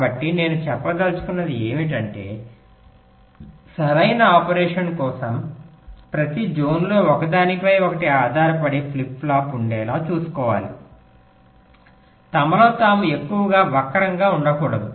కాబట్టి నేను చెప్పదలచుకున్నది ఏమిటంటే సరైన ఆపరేషన్ కోసం ప్రతి జోన్లో ఒకదానిపై ఒకటి ఆధారపడే ఫ్లిప్ ఫ్లాప్ ఉండేలా చూసుకోవాలి తమలో తాము ఎక్కువగా వక్రంగా ఉండకూడదు